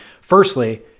firstly